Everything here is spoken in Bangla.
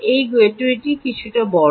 এই গেটওয়েটি কিছুটা বড়